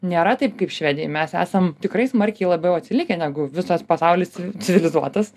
nėra taip kaip švedijoj mes esam tikrai smarkiai labiau atsilikę negu visas pasaulis civilizuotas